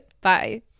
Bye